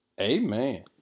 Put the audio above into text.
Amen